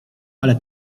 ale